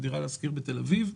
בדירה שכורה בתל-אביב,